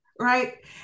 right